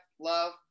Love